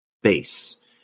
space